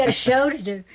ah show to do.